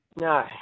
No